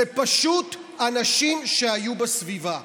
אלה זה פשוט אנשים שהיו בסביבה.